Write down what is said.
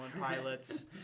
Pilots